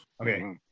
Okay